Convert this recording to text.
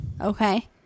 Okay